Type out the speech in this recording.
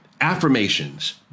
affirmations